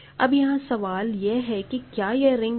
अब यहां सवाल यह है कि क्या यह रिंग है